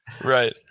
Right